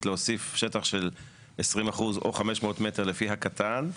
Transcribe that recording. להוסיף שטח של 20% או 500 מטר לפי הקטן,